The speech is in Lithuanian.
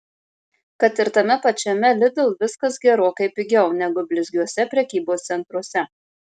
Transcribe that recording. kad ir tame pačiame lidl viskas gerokai pigiau negu blizgiuose prekybos centruose